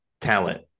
Talent